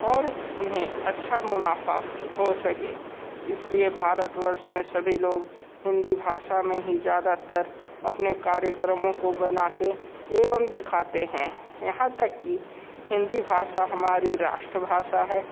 और उन्हें अच्छा मुनाफ़ा हो सके इस लिए भारतवर्ष में सभी लोग हिंदी भाश में ही ज़्यादातर अपने कार्यक्रमों को बनाते एवं दिखाते हैं यहाँ तक कि हिंदी भाशा हमारी राष्ट्रभाशा है